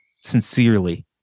sincerely